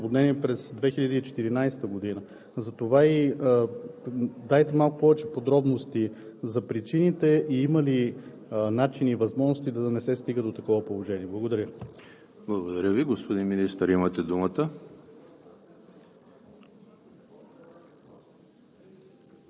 са същите места, които пострадаха и при голямото наводнение през 2014 г. Затова дайте малко повече подробности за причините и има ли начин и възможности, за да не се стига до такова положение? Благодаря. ПРЕДСЕДАТЕЛ ЕМИЛ ХРИСТОВ: Благодаря Ви. Господин Министър, имате думата.